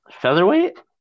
Featherweight